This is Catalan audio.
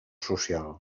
social